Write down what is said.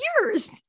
years